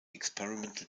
experimental